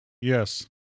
Yes